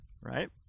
right